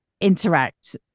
interact